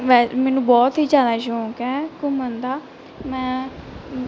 ਮੈਂ ਮੈਨੂੰ ਬਹੁਤ ਹੀ ਜ਼ਿਆਦਾ ਸ਼ੌਕ ਹੈ ਘੁੰਮਣ ਦਾ ਮੈਂ ਹੁਣ